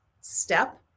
step